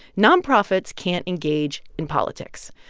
nonprofits can't engage in politics.